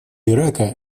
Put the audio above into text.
ирака